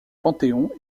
panthéon